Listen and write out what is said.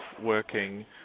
working